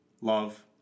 love